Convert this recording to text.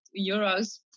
euros